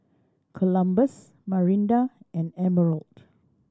Columbus Marinda and Emerald